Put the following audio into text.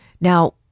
Now